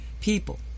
people